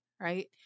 Right